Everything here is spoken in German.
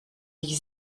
sich